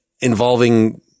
involving